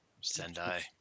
Sendai